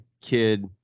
kid